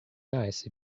nice